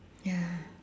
ya